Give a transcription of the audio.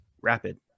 rapid